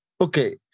Okay